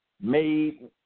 made